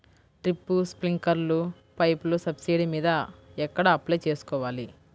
Drip, స్ప్రింకర్లు పైపులు subsidy మీద ఎక్కడ అప్లై చేసుకోవాలి?